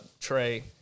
Trey